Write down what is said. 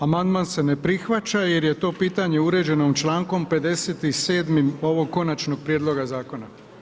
Amandman se ne prihvaća jer je to pitanje uređeno člankom 57 ovog Konačnog prijedloga zakona.